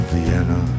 Vienna